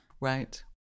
Right